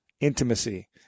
intimacy